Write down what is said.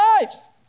lives